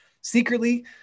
secretly